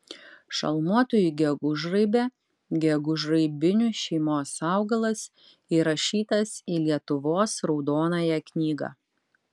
šalmuotoji gegužraibė gegužraibinių šeimos augalas įrašytas į lietuvos raudonąją knygą